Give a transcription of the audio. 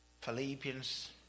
Philippians